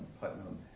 Putnam